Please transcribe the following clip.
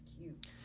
cute